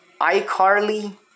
iCarly